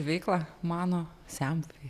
veiklą mano senbuviai